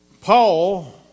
Paul